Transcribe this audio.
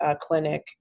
clinic